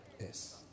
Yes